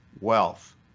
wealth